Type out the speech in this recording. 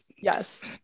Yes